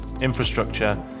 infrastructure